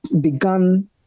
began